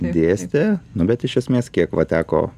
dėsitė nu bet iš esmės kiek va teko